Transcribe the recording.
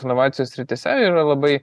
inovacijų srityse yra labai